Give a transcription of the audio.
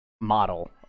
model